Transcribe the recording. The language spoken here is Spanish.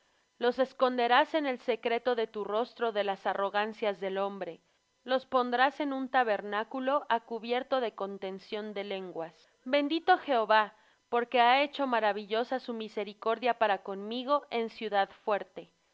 los esconderás en el secreto de tu rostro de las arrogancias del hombre los pondrás en un tabernáculo á cubierto de contención de lenguas bendito jehová porque ha hecho maravillosa su misericordia para conmigo en ciudad fuerte